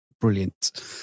brilliant